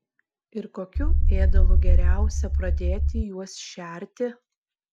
ir kokiu ėdalu geriausia pradėti juos šerti